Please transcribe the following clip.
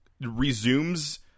resumes